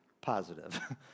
positive